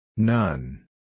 None